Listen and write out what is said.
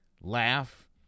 laugh